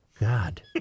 God